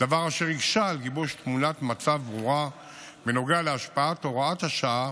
דבר אשר הקשה על גיבוש תמונת מצב ברורה בנוגע להשפעת הוראת השעה